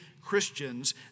Christians